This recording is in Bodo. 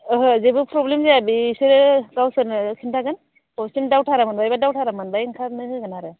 ओहो जेबो प्रब्लेम जाया बिसोरो गावसोरनो खिन्थागोन गावसोरनो दावधारा मोनबाायबा दावधारा मोनबाय ओंखारनो होगोन आरो